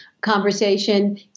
conversation